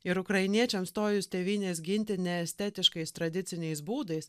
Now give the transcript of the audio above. ir ukrainiečiams stojus tėvynės ginti neestetiškais tradiciniais būdais